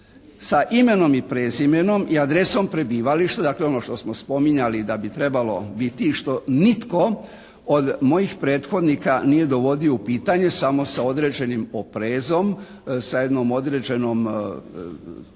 sa imenom i prezimenom i adresom prebivališta, dakle ono što smo spominjali da bi trebalo biti što nitko od mojih prethodnika nije dovodio u pitanje samo sa određenim oprezom, sa jednom određenom da